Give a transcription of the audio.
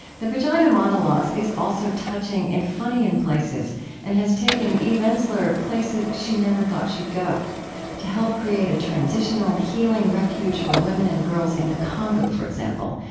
the vagina monologues is also touching and funny in places and has taken eve ensler places she never thought she'd go to help create a transitional, healing refuge for women and girls in the congo, for example.